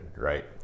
right